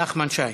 נחמן שי.